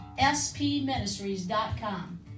spministries.com